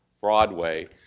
Broadway